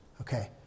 okay